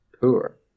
poor